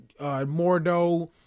Mordo